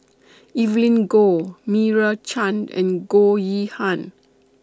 Evelyn Goh Meira Chand and Goh Yihan